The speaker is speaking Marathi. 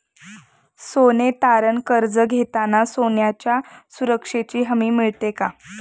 सोने तारण कर्ज घेताना सोन्याच्या सुरक्षेची हमी मिळते का?